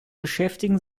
beschäftigen